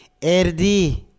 Erdi